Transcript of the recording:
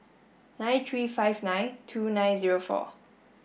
nine three five nine two nine zero four